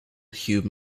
hugh